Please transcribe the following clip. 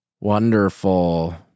Wonderful